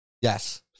Yes